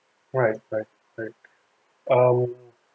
right right right um